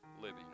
living